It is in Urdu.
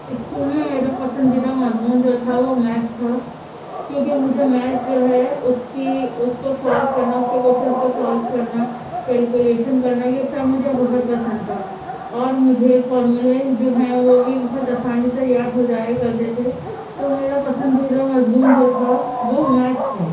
اسکول میں میرا پسندیدہ مضمون جو تھا وہ میتھس تھا کیونکہ مجھے میتھ جو ہے اس کی اس کو سالو کرنا اس کے کویشچن کو سالو کرنا پڑھنا کلکولیشن کرنا یہ سب مجھے بہت پسند تھا اور مجھے فارمولے جو ہیں وہ بھی بہت آسانی سے یاد ہو جایا کرتے تھے تو میرا پسندیدہ مضمون جو تھا وہ میتھس تھا